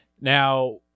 Now